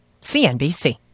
CNBC